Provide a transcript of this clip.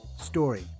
story